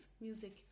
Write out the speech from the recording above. music